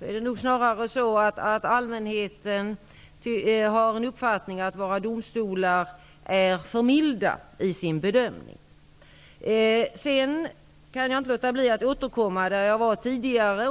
är det nog snarare allmänhetens uppfattning att våra domstolar är för milda i sin bedömning. Jag kan inte låta bli att återkomma till det jag talade om tidigare.